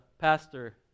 pastor